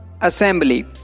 Assembly